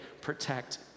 protect